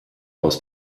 aus